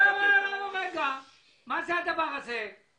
רק אגיב למה שנאמר פה לגבי הדוח של הממונה על היטלי סחר למנכ"ל סימנט.